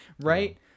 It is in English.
right